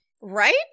right